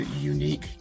Unique